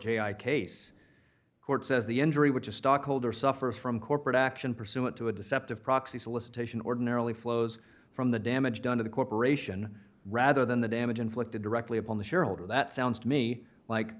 jay i case court says the injury which a stockholder suffers from corporate action pursuant to a deceptive proxy solicitation ordinarily flows from the damage done to the corporation rather than the damage inflicted directly upon the shareholder that sounds to me like